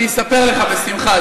אני אספר לך בשמחה.